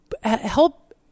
help